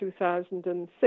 2006